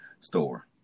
store